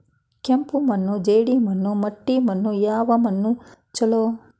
ಕೆಂಪು ಮಣ್ಣು, ಜೇಡಿ ಮಣ್ಣು, ಮಟ್ಟಿ ಮಣ್ಣ ಯಾವ ಮಣ್ಣ ಛಲೋ?